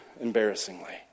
embarrassingly